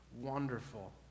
wonderful